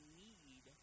need